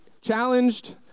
challenged